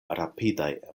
rapidaj